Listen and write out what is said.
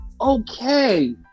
okay